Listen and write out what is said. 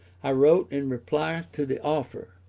i wrote, in reply to the offer,